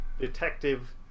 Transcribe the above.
detective